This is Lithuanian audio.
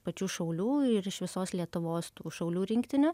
pačių šaulių ir iš visos lietuvos tų šaulių rinktinių